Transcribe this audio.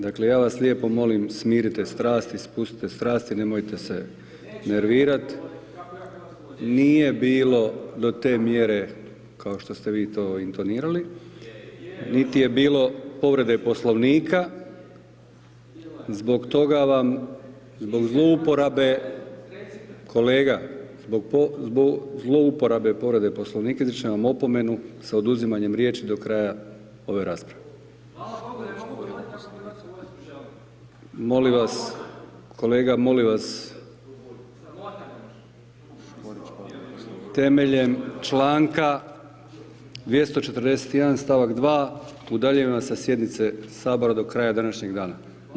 Dakle, ja vas lijepo molim smirite strasti, spustite strasti, nemojte se nervirat, nije bilo do te mjere kao što ste vi to intonirali, niti je bilo povrede Poslovnika, [[Upadica Domagoj Hajduković: Bilo je.]] zbog toga vam, zbog zlouporabe, [[Upadica Domagoj Hajduković: Recite.]] kolega, zbog zlouporabe povrede Poslovnika, izričem vam opomenu sa oduzimanjem riječi do kraja ove rasprave [[Upadica Domagoj Hajduković: Hvala bogu, ne mogu govoriti kakvu hrvatsku vojsku želim.]] Molim vas, kolega molim vas, [[Upadica Domagoj Hajduković: Sramota me može bit.]] Temeljem članka 241., stavak 2., udaljujem vas sa sjednice Sabora do kraja današnjeg dana.